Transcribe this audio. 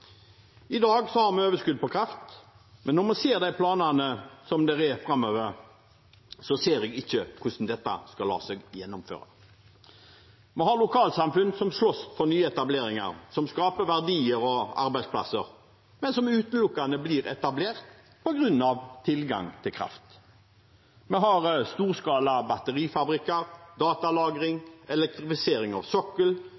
I dag har vi overskudd av kraft, men når vi ser de planene som er framover, ser jeg ikke hvordan dette skal la seg gjennomføre. Vi har lokalsamfunn som slåss for nye etableringer, som skaper verdier og arbeidsplasser, men som utelukkende blir etablert på grunn av tilgang til kraft. Vi har storskala